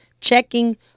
checking